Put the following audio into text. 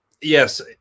Yes